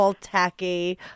tacky